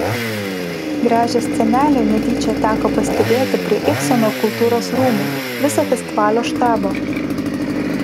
gražią scenelę netyčia teko pastebėti prie ibseno kultūros rūmų viso festivalio štabo